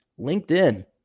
LinkedIn